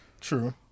True